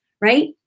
right